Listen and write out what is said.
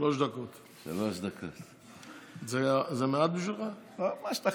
זה מהתקנון.